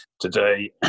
today